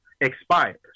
expires